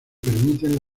permiten